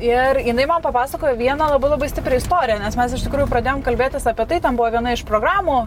ir jinai man papasakojo vieną labai labai stiprią istoriją nes mes iš tikrųjų pradėjom kalbėtis apie tai ten buvo viena iš programų